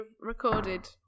recorded